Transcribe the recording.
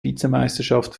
vizemeisterschaft